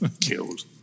killed